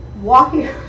walking